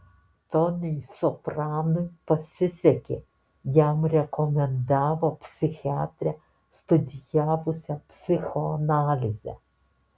toniui sopranui pasisekė jam rekomendavo psichiatrę studijavusią psichoanalizę